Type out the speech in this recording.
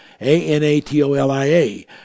A-N-A-T-O-L-I-A